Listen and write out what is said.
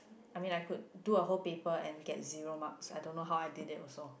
I mean I could do a whole paper and get zero mark I don't know how I did it also